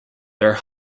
their